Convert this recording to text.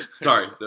sorry